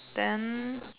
then